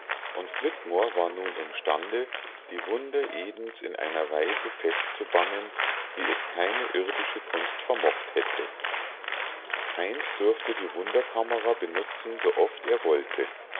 und flitmore war nun imstande die wunder edens in einer weise festzubannen wie es keine irdische kunst vermocht hätte heinz durfte die wunderkamera benutzen so oft er wollte